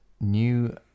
new